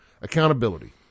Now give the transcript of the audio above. Accountability